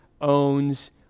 owns